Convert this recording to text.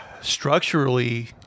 structurally